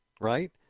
Right